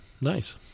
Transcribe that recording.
nice